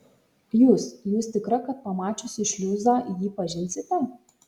jūs jūs tikra kad pamačiusi šliuzą jį pažinsite